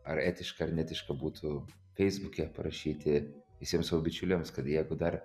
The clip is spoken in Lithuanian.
ar etiška ar neetiška būtų feisbuke parašyti visiems savo bičiuliams kad jeigu dar